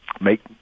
make